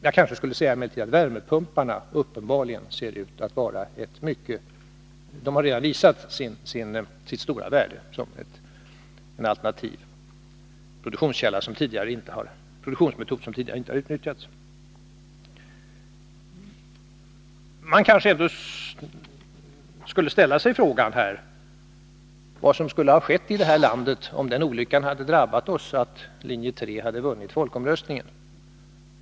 Jag vill emellertid tillägga att värmepumparna redan har visat sitt stora värde som en alternativ produktionsmetod, som tidigare inte har utnyttjats. I det här sammanhanget kanske man skulle ställa sig frågan vad som skulle ha skett i det här landet, om den olyckan hade drabbat oss att linje 3 vunnit folkomröstningen.